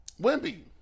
Wimby